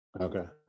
Okay